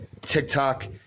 TikTok